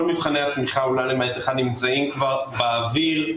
התמיכה, למעט אחד, נמצאים כבר באוויר.